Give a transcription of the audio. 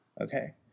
Okay